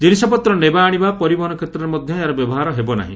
କିନିଷପତ୍ର ନେବା ଆଶିବା ପରିବହନ କ୍ଷେତ୍ରରେ ମଧ ଏହାର ବ୍ୟବହାର ହେବ ନାହି